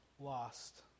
lost